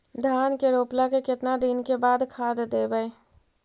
धान के रोपला के केतना दिन के बाद खाद देबै?